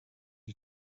you